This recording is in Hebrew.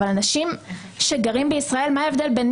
אבל אנשים שגרים בישראל, מה ההבדל בין